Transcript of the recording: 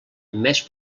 més